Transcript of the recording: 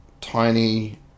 tiny